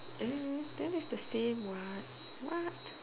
I don't know then its the same what what